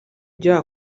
byaha